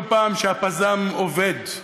כל פעם שהפז"ם עובד.